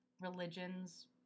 religions